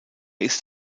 ist